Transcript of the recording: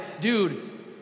dude